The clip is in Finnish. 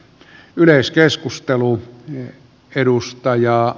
yleiskeskusteluun edustaja